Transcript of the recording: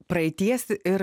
praeities ir